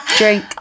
drink